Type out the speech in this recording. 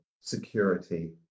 security